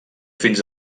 fins